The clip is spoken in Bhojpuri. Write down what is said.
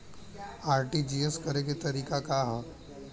आर.टी.जी.एस करे के तरीका का हैं?